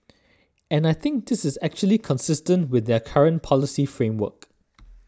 and I think this is actually consistent with their current policy framework